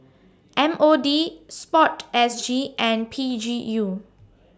M O D Sport S G and P G U